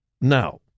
Now